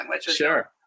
Sure